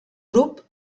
grup